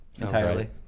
entirely